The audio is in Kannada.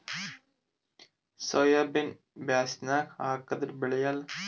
ಸೋಯಾಬಿನ ಬ್ಯಾಸಗ್ಯಾಗ ಹಾಕದರ ಬೆಳಿಯಲ್ಲಾ?